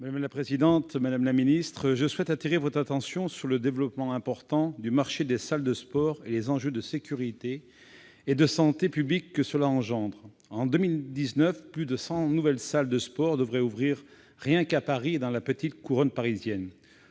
des sports. Madame la ministre, je souhaite attirer votre attention sur le développement important du marché des salles de sport et les enjeux de sécurité et de santé publique qui y sont liés. En 2019, plus de cent nouvelles salles de sport devraient ouvrir rien qu'à Paris et dans la petite couronne parisienne.